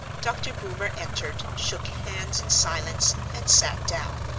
dr. boomer entered, shook hands in silence and sat down.